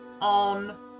on